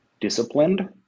disciplined